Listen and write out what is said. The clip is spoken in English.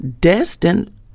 destined